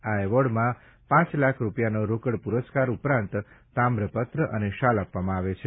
આ એવોર્ડમાં પાંચ લાખ રૂપિયાનો રોકડ પુરસ્કાર ઉપરાંત તામ્રપત્ર અને શાલ આપવામાં આવે છે